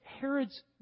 Herod's